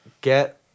get